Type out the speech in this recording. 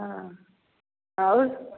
हँ आओर